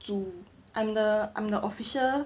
煮 I'm the I'm the official